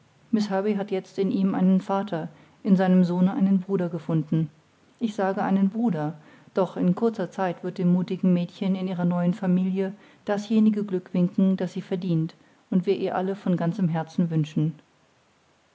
hat jetzt in ihm einen vater in seinem sohne einen bruder gefunden ich sage einen bruder doch in kurzer zeit wird dem muthigen mädchen in ihrer neuen familie dasjenige glück winken das sie verdient und wir ihr alle von ganzem herzen wünschen